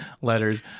letters